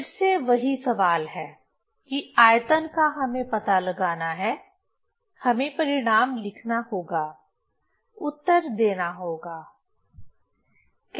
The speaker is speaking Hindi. फिर से वही सवाल है कि आयतन का हमें पता लगाना है हमें परिणाम लिखना होगा उत्तर देना होगा